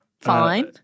Fine